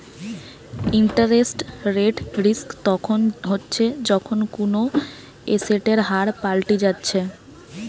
interest rate risk তখন হচ্ছে যখন কুনো এসেটের হার পাল্টি যাচ্ছে